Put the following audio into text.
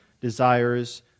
desires